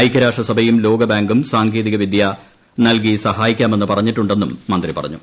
ഐക്യരാഷ്ട്രസഭയും ലോകബാങ്കും സാങ്കേതിക വി ദ്യ നൽകി സഹായിക്കാമെന്ന് പറഞ്ഞിട്ടുണ്ടെന്നും മന്ത്രി പറഞ്ഞു